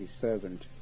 servant